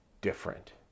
different